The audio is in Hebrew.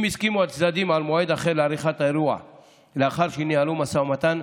אם הסכימו הצדדים על מועד אחר לעריכת האירוע לאחר שניהלו משא ומתן,